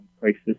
crisis